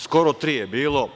Skoro tri je bilo.